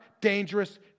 dangerous